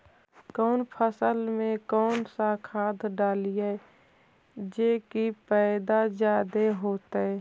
कौन फसल मे कौन सा खाध डलियय जे की पैदा जादे होतय?